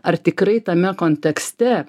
ar tikrai tame kontekste